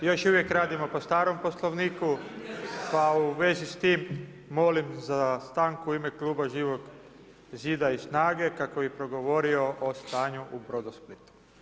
Još uvijek radimo po starom Poslovniku, pa u vezi s tim molim za stanku u ime kluba Živog zida i SNAGA-e kako bi progovorio o stanju u Brodosplitu.